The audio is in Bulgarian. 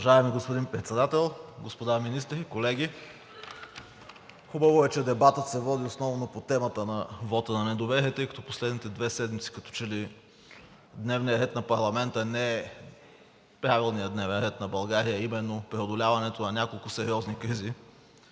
Уважаеми господин Председател, господа министри, колеги! Хубаво е, че дебатът се води основно по темата на вота на недоверие, тъй като в последните две седмици като че ли дневният ред на парламента не е правилният дневен ред на България – преодоляването на няколко сериозни кризи,